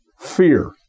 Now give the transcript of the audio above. Fear